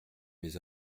mes